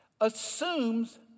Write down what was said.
assumes